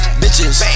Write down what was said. bitches